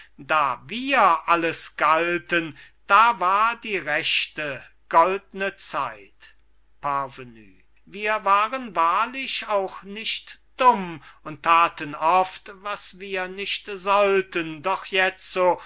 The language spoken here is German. da wir alles galten da war die rechte goldne zeit parvenü wir waren wahrlich auch nicht dumm und thaten oft was wir nicht sollten doch jetzo